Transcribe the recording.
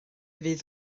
fydd